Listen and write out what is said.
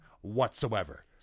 whatsoever